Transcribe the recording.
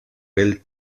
bell